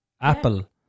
apple